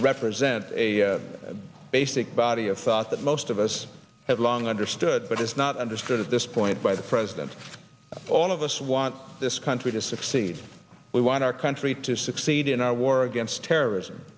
represent a basic body of thought that most of us have long understood but is not understood at this point by the president all of us want this country to succeed we want our country to succeed in our war against terrorism